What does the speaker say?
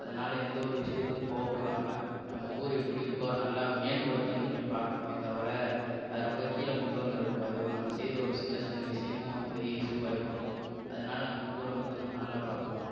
அதனால எந்த ஒரு விஷயத்துக்கும் கோபப்படாம நம்ம ஊர் எப்படி இருக்கோ நல்லா மேம்படுத்தணுமே பார்க்கணுமே தவிர அது ரொம்ப கீழே கொண்டு வந்துட கூடாது நம்ம செய்கிற ஒரு சின்ன சின்ன விஷயமும் பெரிய இஷ்ஷுவாகிவிடும் அதனால நம்ம ஊரை வந்து நம்ம நல்லா பார்த்துக்கணும்